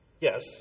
Yes